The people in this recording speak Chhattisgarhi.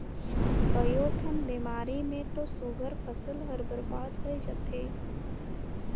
कयोठन बेमारी मे तो सुग्घर फसल हर बरबाद होय जाथे